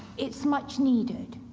it's much needed.